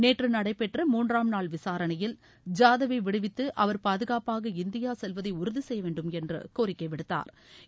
நேற்று நடைபெற்ற மூன்றாம் நாள் விசாரணையில் ஜாதவை விடுவித்து அவர் பாதுகாப்பாக இந்தியா செல்வதை உறுதி செய்யவேண்டும் என்று கோரிக்கை விடுத்தாா்